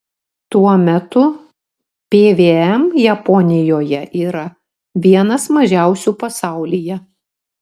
tuo metu pvm japonijoje yra vienas mažiausių pasaulyje